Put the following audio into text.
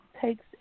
takes